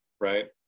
right